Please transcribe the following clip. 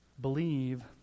believe